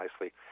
nicely